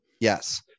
Yes